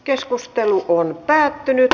keskustelu päättyi